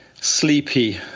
Sleepy